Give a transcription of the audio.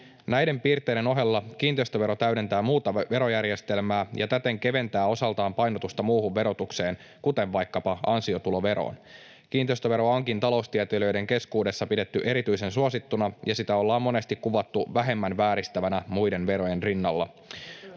Näiden piirteiden ohella kiinteistövero täydentää muuta verojärjestelmää ja täten keventää osaltaan painotusta muuhun verotukseen, kuten vaikkapa ansiotuloveroon. Kiinteistöveroa onkin taloustieteilijöiden keskuudessa pidetty erityisen suosittuna, ja sitä ollaan monesti kuvattu vähemmän vääristävänä muiden verojen rinnalla.